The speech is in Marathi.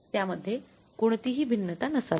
त्यामध्ये कोणतीही भिन्नता नसावी